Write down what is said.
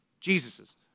Jesus's